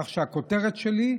כך שהכותרת שלי היא: